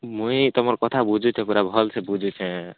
ମୁଇଁ ତୁମର୍ କଥା ବୁଝୁଛେ ପରା ଭଲ୍ସେ ବୁଝୁଛେଁ